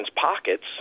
pockets